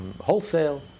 wholesale